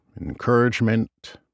encouragement